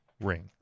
ring